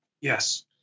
Yes